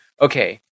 okay